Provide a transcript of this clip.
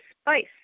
spice